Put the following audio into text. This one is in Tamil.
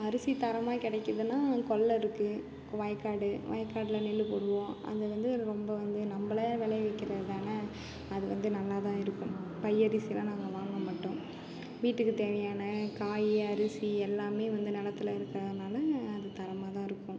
அரிசி தரமாக கிடக்கிதுன்னா கொல்லை இருக்குது வயக்காடு வயக்காட்டில் நெல் போடுவோம் அந்த வந்து ரொம்ப வந்து நம்பளே விளைவிக்கிறதால அது வந்து நல்லாதான் இருக்கும் பை அரிசியெலாம் நாங்கள் வாங்க மாட்டோம் வீட்டுக்கு தேவையான காய் அரிசி எல்லாமே வந்து நிலத்துல இருக்கிறனால அது தரமாகதான் இருக்கும்